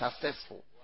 successful